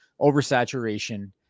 oversaturation